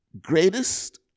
Greatest